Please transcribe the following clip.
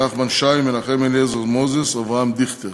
נחמן שי, מנחם אליעזר מוזס ואבי דיכטר.